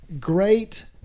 great